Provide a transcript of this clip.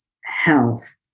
health